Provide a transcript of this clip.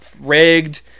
rigged